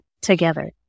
together